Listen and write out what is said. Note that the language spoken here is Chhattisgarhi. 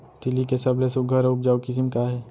तिलि के सबले सुघ्घर अऊ उपजाऊ किसिम का हे?